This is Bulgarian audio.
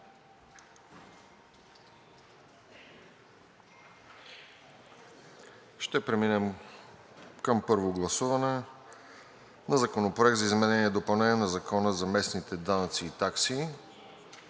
Ще преминем към първо гласуване на Законопроект за изменение и допълнение на Закона за местните данъци и такси,